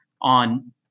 on